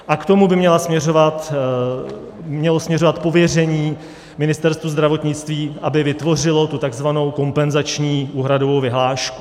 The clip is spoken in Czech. K tomu by mělo směřovat pověření Ministerstvu zdravotnictví, aby vytvořilo tu takzvanou kompenzační úhradovou vyhlášku.